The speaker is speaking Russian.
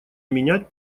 менять